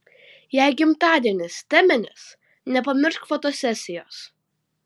jei gimtadienis teminis nepamiršk fotosesijos